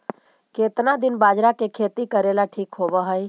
केतना दिन बाजरा के खेती करेला ठिक होवहइ?